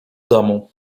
domu